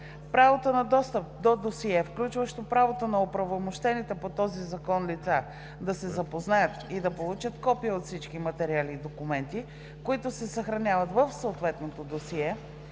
Правото на достъп до досие включва правото на оправомощените по този закон лица да се запознаят и да получат копия от всички материали и документи, които се съхраняват в съответното досие,